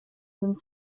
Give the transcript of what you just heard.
sind